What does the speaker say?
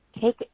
take